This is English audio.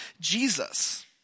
Jesus